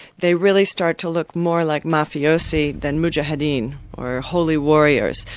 they really start to look more like mafiosi than mujahideen, or holy warriors.